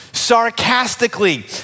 sarcastically